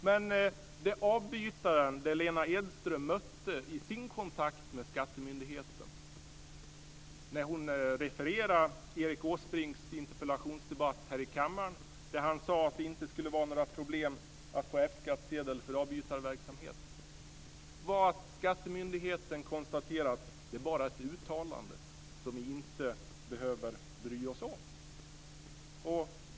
Men det som avbytaren Lena Edström mötte i sin kontakt med skattemyndigheten, när hon refererade Erik Åsbrinks interpellationsdebatt här i kammaren då han sade att det inte skulle vara några problem att få F-skattsedel för avbytarverksamhet, var att skattemyndigheten konstaterade att det bara var ett uttalande som man inte behöver bry sig om.